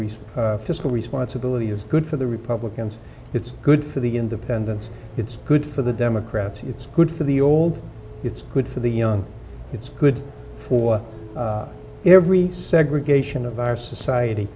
ch fiscal responsibility it's good for the republicans it's good for the independents it's good for the democrats it's good for the old it's good for the young it's good for every segregation of our society